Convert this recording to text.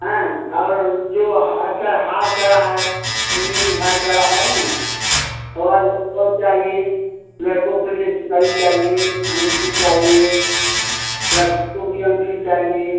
हाँ और जो आजकल हार चला है मिनी हार चला है ना ओ चाहिए लड़कों के लिए सिकड़ी चाहिए अँगूठी चाहिए लड़की को भी अँगूठी चाहिए